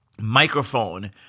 microphone